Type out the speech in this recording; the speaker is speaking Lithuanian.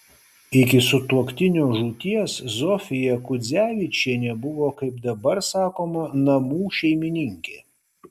iki sutuoktinio žūties zofija kudzevičienė buvo kaip dabar sakoma namų šeimininkė